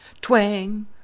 Twang